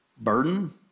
burden